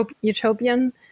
utopian